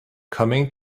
coming